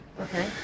Okay